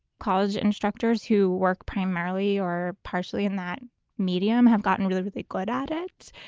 college instructors who work primarily or partially in that medium have gotten really, really good at it.